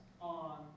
on